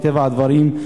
מטבע הדברים,